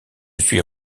suis